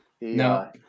No